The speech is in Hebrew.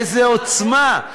איזו עוצמה,